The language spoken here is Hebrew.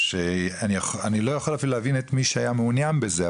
אני לא יכול אפילו להבין את מי שהיה מעונין בזה,